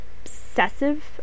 obsessive